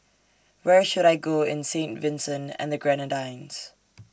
Where should I Go in Saint Vincent and The Grenadines